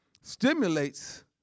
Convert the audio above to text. stimulates